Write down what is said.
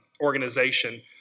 organization